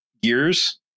years